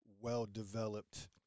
well-developed